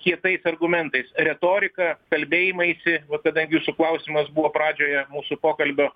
kietais argumentais retorika kalbėjimaisi vat kadangi jūsų klausimas buvo pradžioje mūsų pokalbio